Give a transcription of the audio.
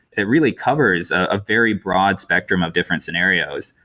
that really covers a very broad spectrum of different scenarios.